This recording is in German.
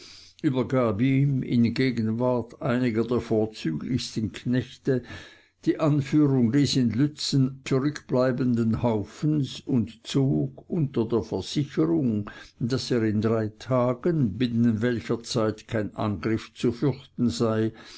übergab ihm in gegenwart einiger der vorzüglichsten knechte die anführung des in lützen zurückbleibenden haufens und zog unter der versicherung daß er in drei tagen binnen welcher zeit kein angriff zu fürchten sei